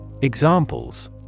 Examples